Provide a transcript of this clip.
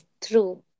True